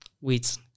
wait